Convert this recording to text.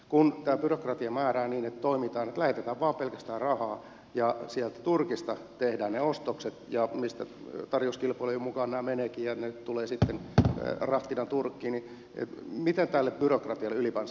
kun tämä byrokratia määrää että toimitaan niin että lähetetään vain pelkästään rahaa ja sieltä turkista tehdään ne ostokset mistä tarjouskilpailujen mukaan nämä menevätkin ja ne tulevat sitten rahtina turkkiin niin mitä tälle byrokratialle ylipäänsä voidaan tehdä